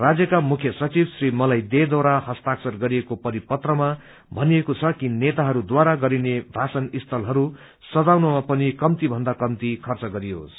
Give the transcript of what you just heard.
राज्यका मुख्य सचिव श्र ीमलय दे द्वारा हस्ताक्षर गरिएको परिपत्रमा भनिएको छ कि नेताहरूद्वारा गरिने भाषण स्थतहरू सजाउनमा पनि कम्ती भन्दा कम्ती र्खच गरियोस्